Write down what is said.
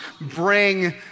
bring